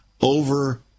over